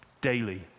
daily